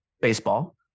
baseball